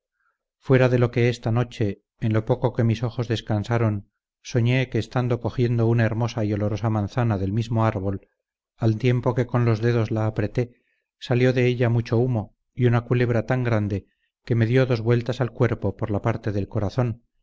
fuera de lo que esta noche en lo poco que mis ojos descansaron soñé que estando cogiendo una hermosa y olorosa manzana del mismo árbol al tiempo que con los dedos la apreté salió de ella mucho humo y una culebra tan grande que me dió dos vueltas al cuerpo por la parte del corazón